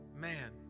man